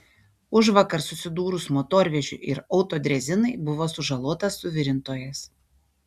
užvakar susidūrus motorvežiui ir autodrezinai buvo sužalotas suvirintojas